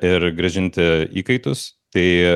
ir grąžinti įkaitus tai